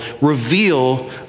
reveal